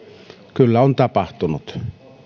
kyllä on tapahtunut